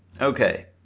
Okay